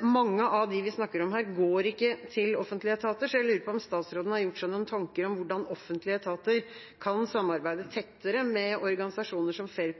Mange av dem vi snakker om her, går ikke til offentlige etater, så jeg lurer på om statsråden har gjort seg noen tanker om hvordan offentlige etater kan samarbeide tettere med organisasjoner som Fair